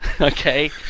Okay